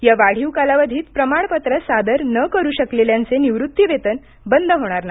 या वाढीव कालावधीत प्रमाणपत्र सादर न करू शकलेल्याचे निवृत्ती वेतन बंद होणार नाही